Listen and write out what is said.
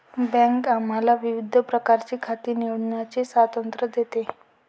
bank आम्हाला विविध प्रकारची खाती निवडण्याचे स्वातंत्र्य देते